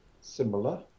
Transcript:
similar